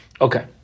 Okay